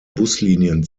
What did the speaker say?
buslinien